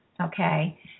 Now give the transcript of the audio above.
okay